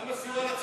מה עם הסיוע לצפון?